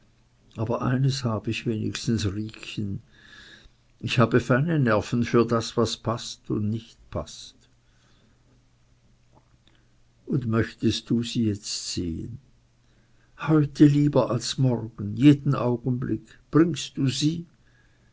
aber eins hab ich wenigstens riekchen ich habe feine nerven für das was paßt und nicht paßt und möchtest du jetzt sie sehen heute lieber als morgen jeden augenblick bringst du sie